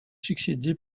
succédé